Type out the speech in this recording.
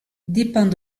dépend